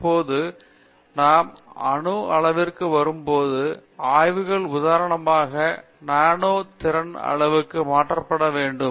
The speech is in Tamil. இப்போது நாம் அணு அளவிற்கு வரும் போது ஆய்வுகள் உதாரணமாக நானோ திறன் அளவுக்கு மாற்றப்பட வேண்டும்